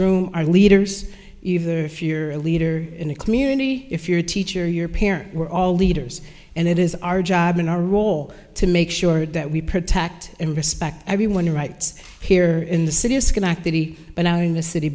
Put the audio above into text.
room are leaders even if you're a leader in a community if you're a teacher your parents we're all leaders and it is our job and our role to make sure that we protect and respect everyone who writes here in the city of schenectady but now in the city